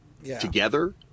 together